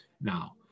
now